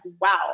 wow